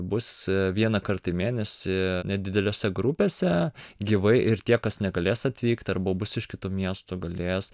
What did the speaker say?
bus vienąkart į mėnesį nedidelėse grupėse gyvai ir tie kas negalės atvykti arba bus iš kito miesto galės